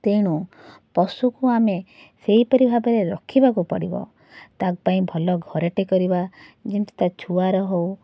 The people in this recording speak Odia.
ତେଣୁ ପଶୁକୁ ଆମେ ସେହିପରି ଭାବରେ ରଖିବାକୁ ପଡ଼ିବ ତାପାଇଁ ଭଲ ଘରଟେ କରିବା ଯେମିତି ତା ଛୁଆର ହଉ